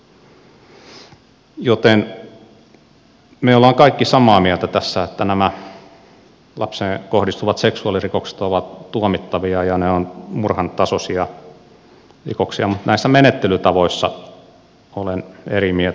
joten me olemme kaikki samaa mieltä tästä että nämä lapseen kohdistuvat seksuaalirikokset ovat tuomittavia ja ne ovat murhan tasoisia rikoksia mutta näistä menettelytavoista olen eri mieltä